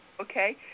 Okay